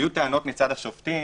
טענות מצד השופטים,